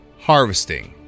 harvesting